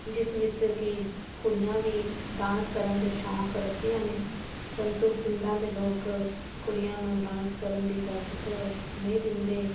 ਜਿਸ ਵਿੱਚ ਕਿ ਕੁੜੀਆਂ ਵੀ ਡਾਂਸ ਕਰਨ ਦੇ ਸ਼ੌਂਕ ਰੱਖਦੀਆਂ ਨੇ ਪਰੰਤੂ ਪਿੰਡਾਂ ਦੇ ਲੋਕ ਕੁੜੀਆਂ ਨੂੰ ਡਾਂਸ ਕਰਨ ਦੀ ਇਜਾਜ਼ਤ ਨਹੀਂ ਦਿੰਦੇ